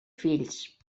fills